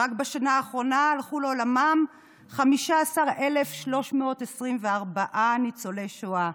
רק בשנה האחרונה הלכו לעולמם 15,324 ניצולי שואה.